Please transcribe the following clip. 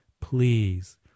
Please